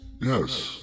Yes